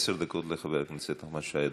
עשר דקות לחבר הכנסת נחמן שי.